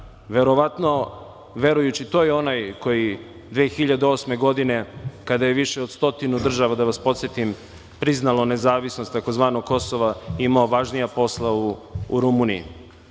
Verovatno verujući, to je onaj koji je 2008. godine, kada je više od stotinu država, da vas podsetim, priznalo nezavisnost tzv. Kosova, imao važnija posla u Rumuniji.